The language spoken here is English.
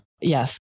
Yes